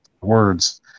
words